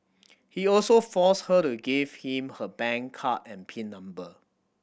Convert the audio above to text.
he also forced her to give him her bank card and pin number